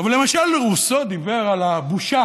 למשל רוסו דיבר על הבושה